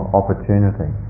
opportunity